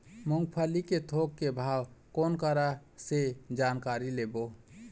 मूंगफली के थोक के भाव कोन करा से जानकारी लेबो?